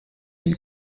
and